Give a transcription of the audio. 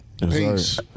Peace